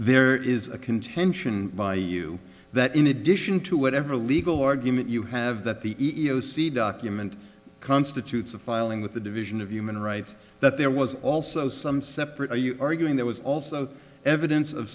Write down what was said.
there is a contention by you that in addition to whatever legal argument you have that the e e o c document constitutes a filing with the division of human rights that there was also some separate are you arguing there was also evidence of